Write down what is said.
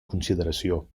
consideració